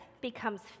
becomes